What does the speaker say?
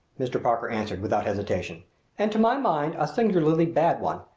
mr. parker answered, without hesitation and, to my mind, a singularly bad one.